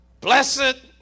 blessed